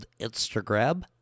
Instagram